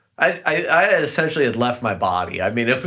i had essentially had left my body. i mean,